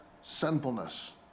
sinfulness